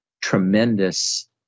tremendous